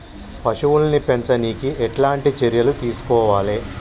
పశువుల్ని పెంచనీకి ఎట్లాంటి చర్యలు తీసుకోవాలే?